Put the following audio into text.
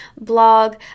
blog